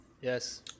Yes